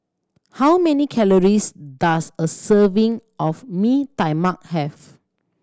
how many calories does a serving of Mee Tai Mak have